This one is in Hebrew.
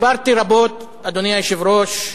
דיברתי רבות, אדוני היושב-ראש,